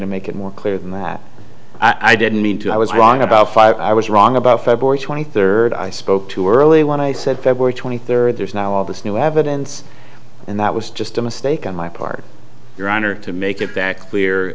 to make it more clear than that i didn't mean to i was wrong about five i was wrong about february twenty third i spoke too early when i said february twenty third there is now all this new evidence and that was just a mistake on my part your honor to make that that clear